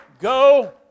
go